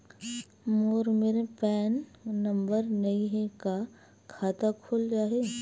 मोर मेर PAN number नई हे का खाता खुल जाही?